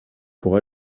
pour